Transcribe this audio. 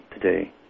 today